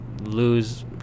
lose